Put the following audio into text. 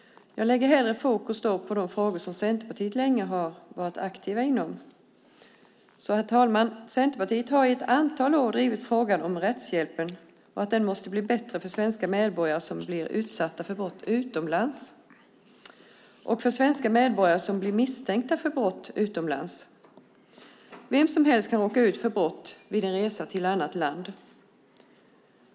Jag lägger hellre fokus på de frågor som Centerpartiet länge har drivit. Herr talman! Centerpartiet har i ett antal år drivit frågan om att rättshjälpen måste bli bättre för svenska medborgare som blir utsatta för brott utomlands och för svenska medborgare som blir misstänkta för brott utomlands. Vem som helst kan råka ut för brott vid en resa till ett annat land.